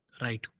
Right